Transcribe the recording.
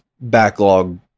backlog